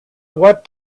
what